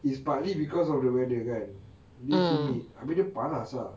is partly because of the weather kan they humid tapi dia panas ah